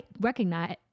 recognize